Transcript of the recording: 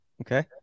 Okay